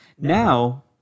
Now